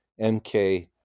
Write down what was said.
MK